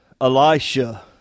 Elisha